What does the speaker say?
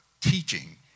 teaching